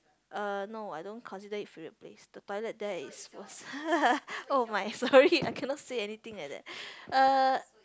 uh no I don't consider it favourite place the toilet there is worse oh my sorry I cannot say anything like that uh